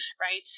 Right